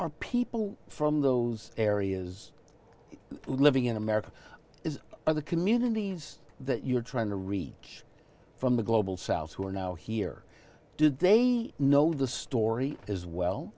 or people from those areas living in america is are the communities that you're trying to reach from the global south who are now here did they know the story as well